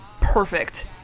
perfect